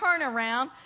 turnaround